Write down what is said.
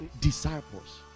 disciples